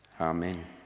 Amen